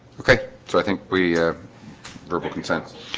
okay, so i think we verbal consent